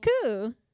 cool